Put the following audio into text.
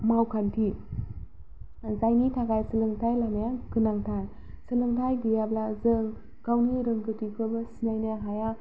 मावखान्थि जायनि थाखाय सोलोंथाय लानाया गोनांथार सोलोंथाय गैयाब्ला जों गावनि रोंगौथिखौबो सिनायनो हाया